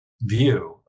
view